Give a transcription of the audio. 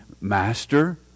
master